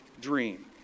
dream